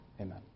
amen